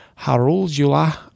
Haruljula